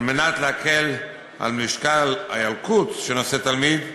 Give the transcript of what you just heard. כדי להקל את משקל הילקוט שנושא תלמיד,